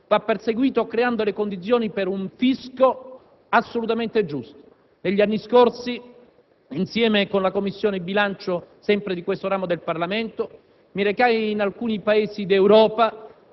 repressione ma creando le condizioni per un fisco assolutamente giusto. Negli anni scorsi, insieme con la Commissione bilancio di questo ramo del Parlamento, mi recai in alcuni Paesi d'Europa